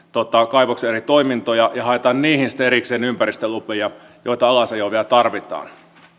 kaivoksen eri toimintoja ja haetaan niihin sitten erikseen ympäristölupia joita alasajoon vielä tarvitaan